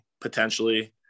potentially